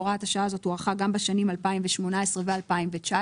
הוראת השעה הזאת הוארכה גם בשנים 2018 ו- 2019,